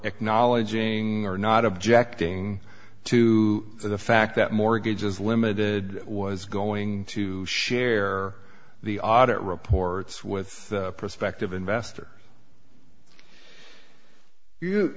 acknowledging or not objecting to the fact that mortgages limited was going to share the audit reports with prospective investor you